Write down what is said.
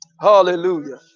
hallelujah